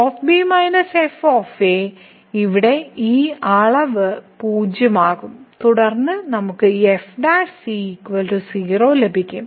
f f ഇവിടെ ഈ അളവ് 0 ആകും തുടർന്ന് നമുക്ക് f 0 ലഭിക്കും